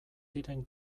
diren